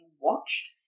watched